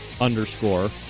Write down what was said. underscore